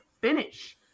finish